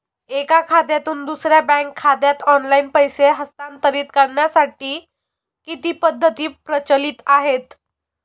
एका खात्यातून दुसऱ्या बँक खात्यात ऑनलाइन पैसे हस्तांतरित करण्यासाठी किती पद्धती प्रचलित आहेत?